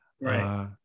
right